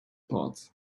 pots